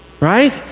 right